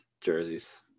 jerseys